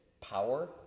power